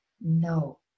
No